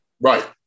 right